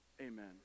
Amen